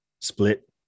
Split